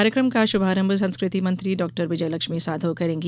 कार्यक्रम का शुभारंभ संस्कृति मंत्री डॉक्टर विजयलक्ष्मी साधौ करेंगी